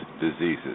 Diseases